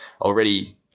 already